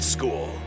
School